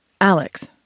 Alex